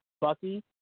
Bucky